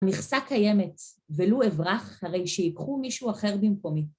מכסה קיימת, ולו אברח, הרי שיקחו מישהו אחר במקומי.